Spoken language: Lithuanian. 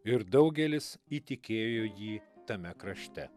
ir daugelis įtikėjo jį tame krašte